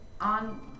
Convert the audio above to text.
on